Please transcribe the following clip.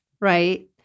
right